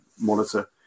monitor